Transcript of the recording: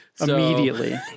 immediately